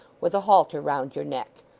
with a halter round your neck?